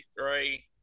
three